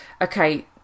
okay